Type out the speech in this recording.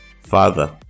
Father